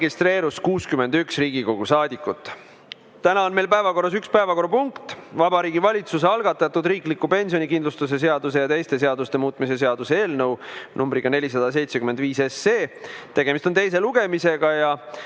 registreerus 61 Riigikogu saadikut. Täna on meil päevakorras üks päevakorrapunkt, Vabariigi Valitsuse algatatud riikliku pensionikindlustuse seaduse ja teiste seaduste muutmise seaduse eelnõu numbriga 475, tegemist on teise lugemisega.